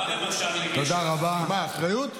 --- מה, אחריות?